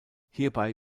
hierbei